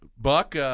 buck,